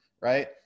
Right